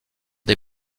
des